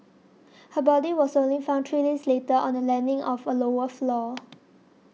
her body was only found three days later on the landing of a lower floor